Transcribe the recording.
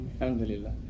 Alhamdulillah